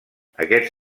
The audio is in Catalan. aquests